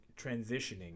transitioning